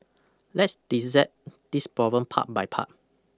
Let's dissect this problem part by part